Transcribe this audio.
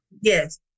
Yes